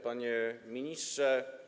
Panie Ministrze!